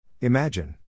Imagine